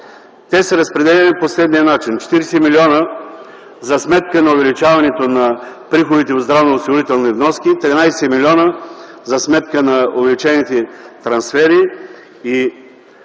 Те са разпределени по следния начин: 40 млн. лв. за сметка на увеличаването на приходите от здравноосигурителни вноски, 13 млн. лв. за сметка на увеличените трансфери и